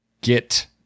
get